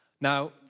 Now